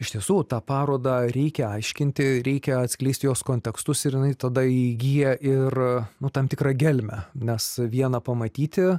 iš tiesų tą parodą reikia aiškinti reikia atskleisti jos kontekstus ir jinai tada įgyja ir nu tam tikrą gelmę nes viena pamatyti